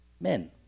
men